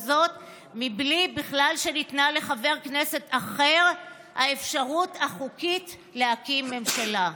וזאת בלי שבכלל ניתנה לחבר כנסת אחר האפשרות החוקית להקים ממשלה.